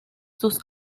sus